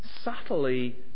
subtly